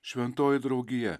šventoji draugija